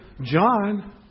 John